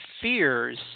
fears